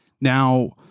Now